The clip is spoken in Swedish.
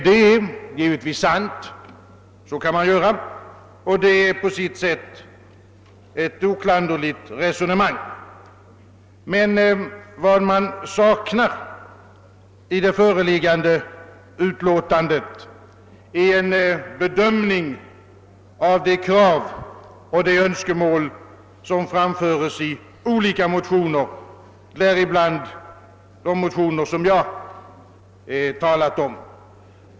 Det är givetvis sant, och detta är på sitt sätt ett oklanderligt resonemang, men jag saknar i det förelig gande utlåtandet en bedömning av de krav och önskemål som har framförts i olika motioner, däribland i de motioner som jag här talat om.